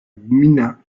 gmina